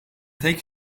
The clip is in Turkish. tek